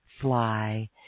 fly